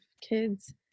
kids